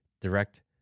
direct